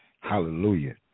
hallelujah